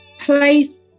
place